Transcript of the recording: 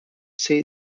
see